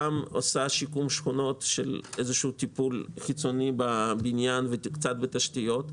שיקום שכונות וטיפול חיצוני בבניין ובתשתיות,